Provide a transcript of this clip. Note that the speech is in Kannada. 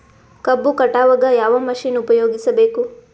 ಕಬ್ಬು ಕಟಾವಗ ಯಾವ ಮಷಿನ್ ಉಪಯೋಗಿಸಬೇಕು?